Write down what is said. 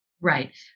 Right